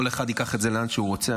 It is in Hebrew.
כל אחד ייקח את זה לאן שהוא רוצה,